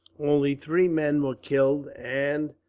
only three men were killed, and,